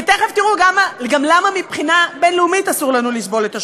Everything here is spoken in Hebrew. ותכף תראו גם למה מבחינה בין-לאומית אסור לנו לסבול את השוחד.